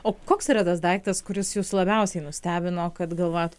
o koks yra tas daiktas kuris jus labiausiai nustebino kad galvojat